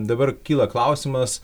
dabar kyla klausimas